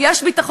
אם יש ביטחון,